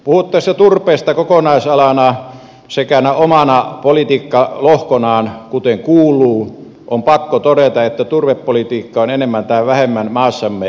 puhuttaessa turpeesta kokonaisalana sekä omana politiikkalohkonaan kuten kuuluu on pakko todeta että turvepolitiikka on enemmän tai vähemmän maassamme epäonnistunutta